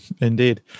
Indeed